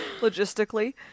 logistically